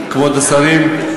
כבוד השרים,